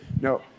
No